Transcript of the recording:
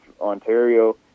Ontario